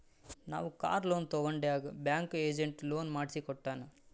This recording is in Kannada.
ನಾವ್ ಕಾರ್ ಲೋನ್ ತಗೊಂಡಾಗ್ ಬ್ಯಾಂಕ್ದು ಏಜೆಂಟ್ ಲೋನ್ ಮಾಡ್ಸಿ ಕೊಟ್ಟಾನ್